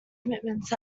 commitments